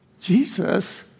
Jesus